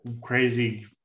crazy